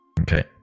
Okay